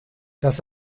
das